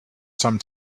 some